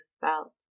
felt